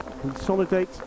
consolidate